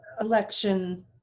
election